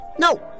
no